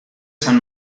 san